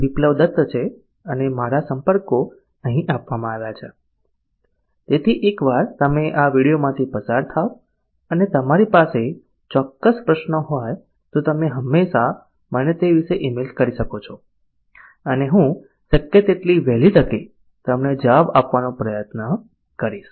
બિપ્લબ દત્ત છે અને મારા સંપર્કો અહીં આપવામાં આવ્યા છે તેથી એકવાર તમે આ વિડીયોમાંથી પસાર થાવ અને તમારી પાસે ચોક્કસ પ્રશ્નો હોય તો તમે હંમેશા મને તે વિશે ઇમેઇલ કરી શકો છો અને હું શક્ય તેટલી વહેલી તકે તમને જવાબ આપવાનો પ્રયત્ન કરીશ